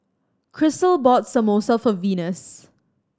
Krystle bought Samosa for Venus